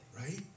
right